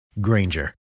Granger